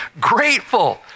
Grateful